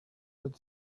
had